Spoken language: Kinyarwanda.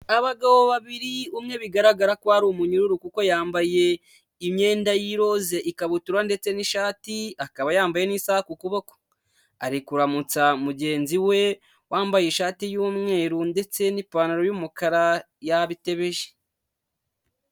Abagabo babiri, umwe bigaragara ko ari umunyururu kuko yambaye imyenda y'iroze ikabutura ndetse n'ishati, akaba yambaye n'isa kuboko. Ari kuramutsa mugenzi we wambaye ishati y'umweru ndetse n'ipantaro y'umukara yabitebeje.